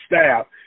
staff